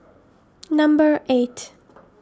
number eight